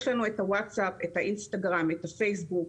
יש לנו הווצאפ, האינסטגרם, הפייסבוק,